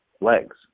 legs